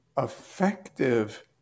effective